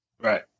Right